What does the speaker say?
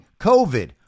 COVID